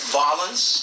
violence